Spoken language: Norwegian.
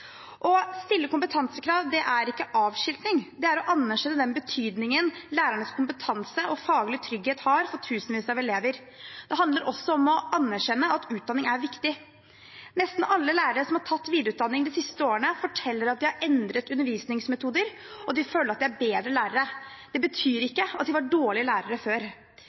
Å stille kompetansekrav er ikke avskilting. Det er å anerkjenne den betydningen lærernes kompetanse og faglige trygghet har for tusenvis av elever. Det handler også om å anerkjenne at utdanning er viktig. Nesten alle lærere som har tatt videreutdanning de siste årene, forteller at de har endret undervisningsmetoder, og de føler at de er blitt bedre lærere. Det betyr ikke at de var dårlige lærere før.